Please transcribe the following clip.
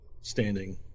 standing